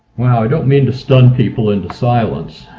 well, i don't mean to stun people into silence.